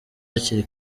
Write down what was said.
hakiri